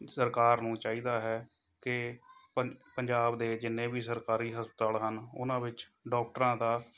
ਸਰਕਾਰ ਨੂੰ ਚਾਹੀਦਾ ਹੈ ਕਿ ਪੰ ਪੰਜਾਬ ਦੇ ਜਿੰਨੇ ਵੀ ਸਰਕਾਰੀ ਹਸਪਤਾਲ ਹਨ ਉਹਨਾਂ ਵਿੱਚ ਡੋਕਟਰਾਂ ਦਾ